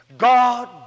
God